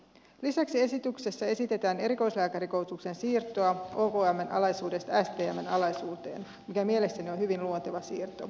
lisäksi esityksessä esitetään erikoislääkärikoulutuksen siirtoa okmn alaisuudesta stmn alaisuuteen mikä mielestäni on hyvin luonteva siirto